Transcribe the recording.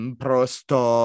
prosto